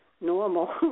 normal